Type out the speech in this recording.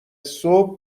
صبح